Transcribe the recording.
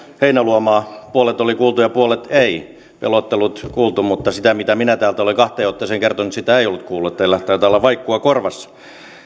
heinäluomaa puolet oli kuultu ja puolet ei pelottelut oli kuultu mutta sitä mitä minä täältä olen kahteen otteeseen kertonut ei ollut kuultu teillä taitaa olla vaikkua korvassa